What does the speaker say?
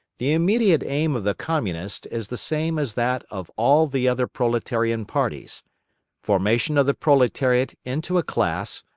the immediate aim of the communist is the same as that of all the other proletarian parties formation of the proletariat into a class,